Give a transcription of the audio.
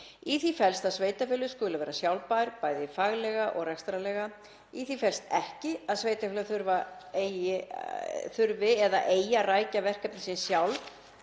Í því felst að sveitarfélög skuli vera sjálfbær, bæði faglega og rekstrarlega. Í því felst ekki að sveitarfélög þurfi eða eigi að rækja verkefni sín sjálf